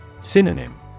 Synonym